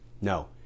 No